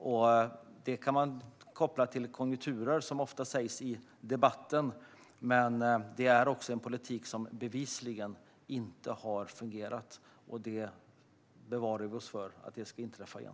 I debatten kopplas detta ofta till konjunkturer, men det är en politik som bevisligen inte har fungerat. Bevare oss för att låta det inträffa igen.